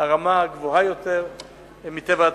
הרמה הגבוהה יותר מטבע הדברים.